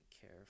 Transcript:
care